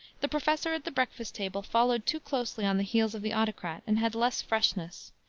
the professor at the breakfast table followed too closely on the heels of the autocrat, and had less freshness.